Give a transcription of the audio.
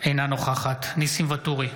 אינה נוכחת ניסים ואטורי,